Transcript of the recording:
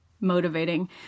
motivating